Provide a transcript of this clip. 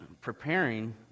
preparing